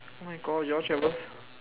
oh my god you all should have go